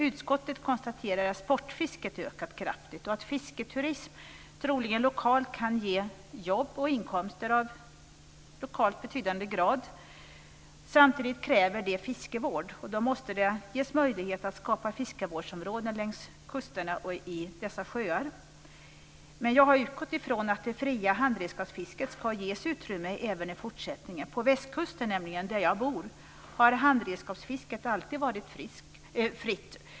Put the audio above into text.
Utskottet konstaterar att sportfisket har ökat kraftigt och att fisketurismen lokalt troligen kan ge jobb och inkomster av lokalt betydande omfattning. Samtidigt kräver det fiskevård. Därför måste det ges möjligheter att skapa fiskevårdsområden längs kusterna och i dessa sjöar. Jag har utgått från att det fria handredskapsfisket ska ges utrymme även i fortsättningen. På västkusten, där jag bor, har handredskapsfisket alltid varit fritt.